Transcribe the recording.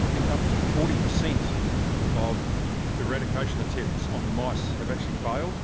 i think up to forty percent of eradication attempts on mice have actually failed.